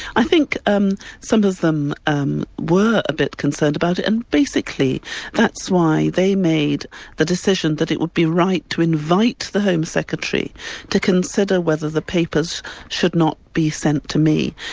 i think um some of them um were a bit concerned about it, and basically that's why they made the decision that it would be right to invite the home secretary to consider whether the papers should not be sent to me.